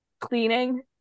cleaning